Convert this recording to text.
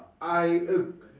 I A